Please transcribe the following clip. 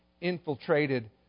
infiltrated